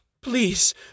Please